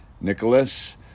Nicholas